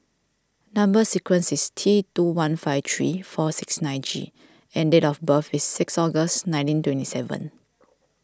Number Sequence is T two one five three four six nine G and date of birth is six August nineteen twenty seven